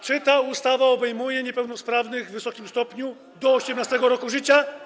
Czy ta ustawa obejmuje niepełnosprawnych w wysokim stopniu do 18. roku życia?